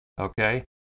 Okay